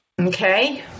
Okay